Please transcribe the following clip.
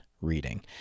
reading